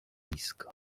nisko